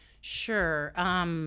Sure